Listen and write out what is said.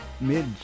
mid